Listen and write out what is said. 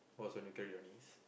was when you carry your niece